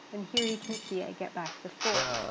and here you can see i get back the four.